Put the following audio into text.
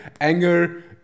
anger